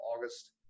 August